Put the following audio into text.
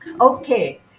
okay